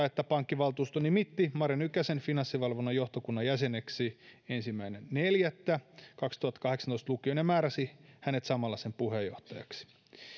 että pankkivaltuusto nimitti marja nykäsen finanssivalvonnan johtokunnan jäseneksi ensimmäinen neljättä kaksituhattakahdeksantoista lukien ja määräsi hänet samalla sen puheenjohtajaksi